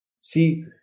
See